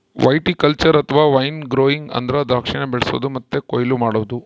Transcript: viticulture ಅಥವಾ wine growing ಅಂದ್ರ ದ್ರಾಕ್ಷಿನ ಬೆಳಿಸೊದು ಮತ್ತೆ ಕೊಯ್ಲು ಮಾಡೊದು